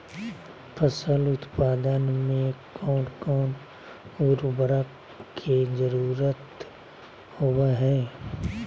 फसल उत्पादन में कोन कोन उर्वरक के जरुरत होवय हैय?